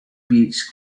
beach